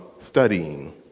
studying